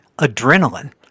Adrenaline